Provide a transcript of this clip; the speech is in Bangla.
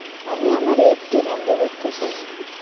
আমি আমার এফ.ডি বন্ধ করতে চাই